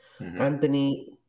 Anthony